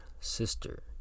sister